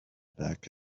back